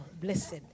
blessed